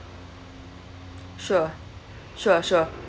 sure sure sure